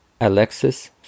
Alexis